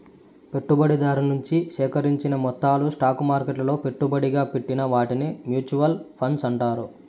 పెట్టుబడిదారు నుంచి సేకరించిన మొత్తాలు స్టాక్ మార్కెట్లలో పెట్టుబడిగా పెట్టిన వాటిని మూచువాల్ ఫండ్స్ అంటారు